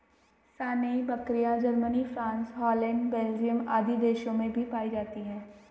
सानेंइ बकरियाँ, Germany, France, Holland, Belgium आदि देशों में भी पायी जाती है